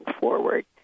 forward